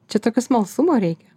čia tokio smalsumo reikia